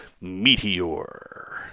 Meteor